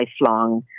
lifelong